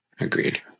Agreed